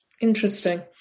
Interesting